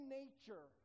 nature